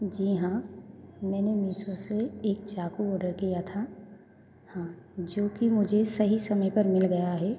जी हाँ मैंने मीसो से एक चाकू ओडर किया था हाँ जो कि मुझे सही समय पर मिल गया है